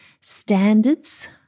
standards